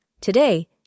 Today